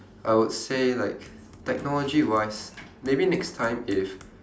I would say like technology wise maybe next time if